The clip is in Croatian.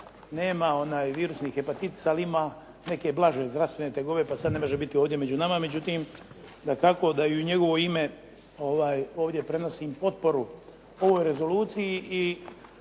nema virusni hepatitis, ali ima neke blaže zdravstvene tegobe pa sad ne može biti ovdje među nama. Međutim, dakako da i u njegovo ime ovdje prenosim potporu ovoj rezoluciji i